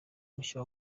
mushya